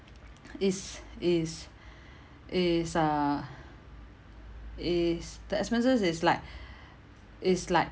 is is is uh is the expenses is like is like